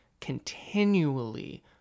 continually